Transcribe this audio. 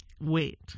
Wait